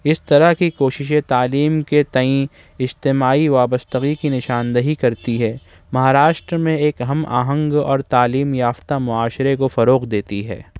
اس طرح کی کوششیں تعلیم کے تئیں اجتماعی وابستگی کی نشاندہی کرتی ہے مہاراشٹر میں ایک ہم آہنگ اور تعلیم یافتہ معاشرے کو فروغ دیتی ہے